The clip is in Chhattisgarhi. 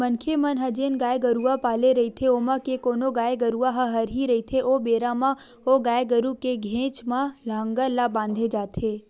मनखे मन ह जेन गाय गरुवा पाले रहिथे ओमा के कोनो गाय गरुवा ह हरही रहिथे ओ बेरा म ओ गाय गरु के घेंच म लांहगर ला बांधे जाथे